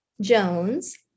Jones